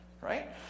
right